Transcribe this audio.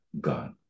God